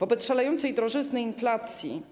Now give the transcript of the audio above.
Wobec szalejącej drożyzny i inflacji